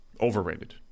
overrated